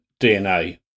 DNA